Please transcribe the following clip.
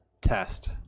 test